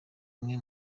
bimwe